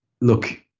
Look